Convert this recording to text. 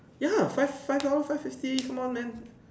ya five five dollars five fifty come on man